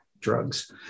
drugs